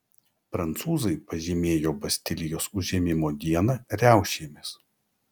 prancūzai pažymėjo bastilijos užėmimo dieną riaušėmis